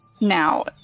Now